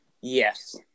Yes